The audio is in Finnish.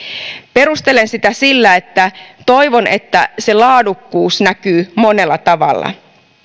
perustelen sitä sillä että toivon että se laadukkuus näkyy monella tavalla